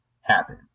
happen